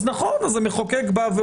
אז המחוקק אומר: